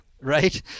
right